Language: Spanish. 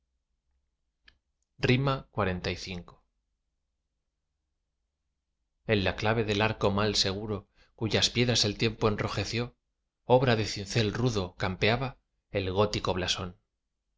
xlv en la clave del arco mal seguro cuyas piedras el tiempo enrojeció obra de cincel rudo campeaba el gótico blasón